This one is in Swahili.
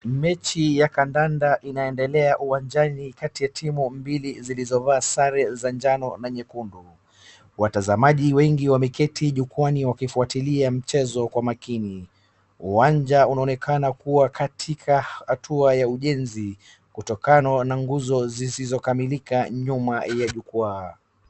Mechi ya kadanda inaendelea uwanjani kati ya timu mbili zilizovaa sare njano na nyekundu. Watazamaji wengi wameketi jukwaani wakifuatilia mchezo kwa makini. Uwanja unaoenekana kuwa katika hatua ya ujenzi kutokana na guzo zisizomalika kamilika nyuma ya jukwaa.